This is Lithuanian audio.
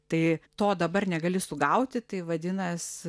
tai to dabar negali sugauti tai vadinas